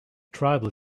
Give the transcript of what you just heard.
tribal